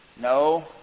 No